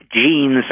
genes